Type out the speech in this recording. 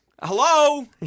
hello